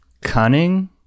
cunning